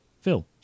phil